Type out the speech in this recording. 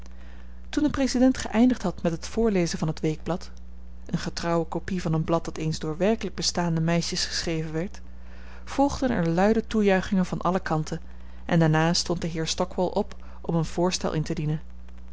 toen de president geëindigd had met het voorlezen van het weekblad een getrouwe copie van een blad dat eens door werkelijk bestaande meisjes geschreven werd volgden er luide toejuichingen van alle kanten en daarna stond de heer stockwall op om een voorstel in te dienen